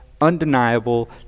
undeniable